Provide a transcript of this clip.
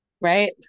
Right